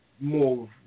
more